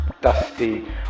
Dusty